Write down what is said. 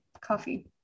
Coffee